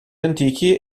antichi